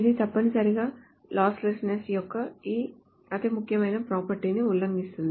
ఇది తప్పనిసరిగా లాస్లెస్నెస్ యొక్క ఈ అతి ముఖ్యమైన ప్రాపర్టీ ని ఉల్లంఘిస్తుంది